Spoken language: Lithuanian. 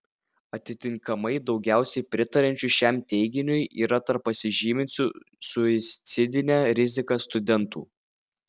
atitinkamai daugiausiai pritariančių šiam teiginiui yra tarp pasižyminčių suicidine rizika studentų